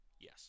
Yes